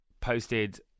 posted